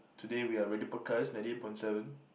today we are ready broadcast ninety eight point seven